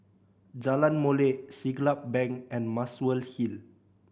Jalan Molek Siglap Bank and Muswell Hill